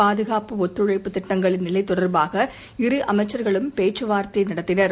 பாதுகாப்பு ஒத்துழைப்பு திட்டங்களின் நிலை தொடர்பாக இரு அமைச்சர்களும் பேச்சு வார்த்தை நடத்தினர்